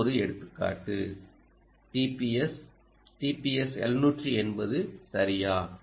இது ஒரு எடுத்துக்காட்டு TPS TPS 780 சரியா